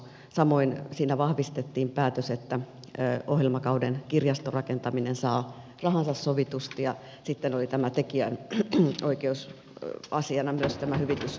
samoin siinä vahvistettiin päätös että ohjelmakauden kirjastorakentaminen saa rahansa sovitusti ja sitten oli tekijänoikeusasiana myös tämä hyvitysmaksu